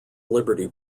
liberty